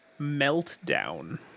Meltdown